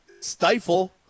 Stifle